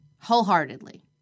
Wholeheartedly